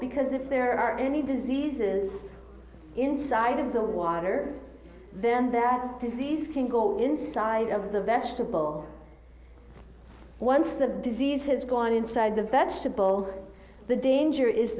because if there are any diseases inside of the water then that disease can go inside of the vegetable once the disease has gone inside the vegetable the danger is